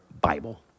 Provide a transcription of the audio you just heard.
Bible